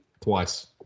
twice